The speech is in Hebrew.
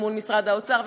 אל מול משרד האוצר,